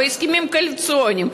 בהסכמים קואליציוניים,